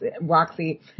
Roxy